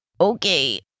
Okay